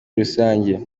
rusange